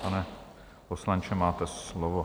Pane poslanče, máte slovo.